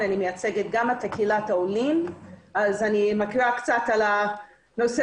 אני מייצגת גם את קהילת העולים אז אני מכירה קצת את נושא